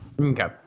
okay